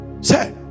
Say